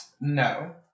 No